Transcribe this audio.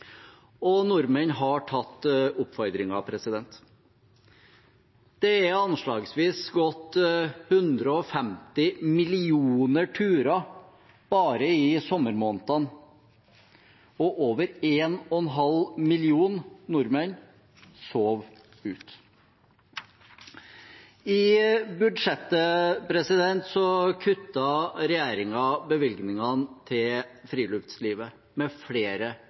og smittevern. Og nordmenn har tatt oppfordringen. Det er anslagsvis gått 150 millioner turer bare i sommermånedene, og over 1,5 millioner nordmenn sov ute. I budsjettet kuttet regjeringen bevilgningene til friluftslivet med flere